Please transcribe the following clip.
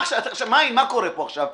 מה קורה פה עכשיו?